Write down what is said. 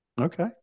Okay